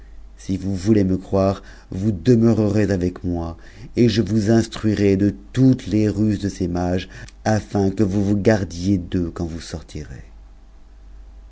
si vous voulez me croire vous demeurerez avec moi et je vous instruirai de toutes les ruses de ces mages afin que vous vous gardiez d'eux quand vous sortirez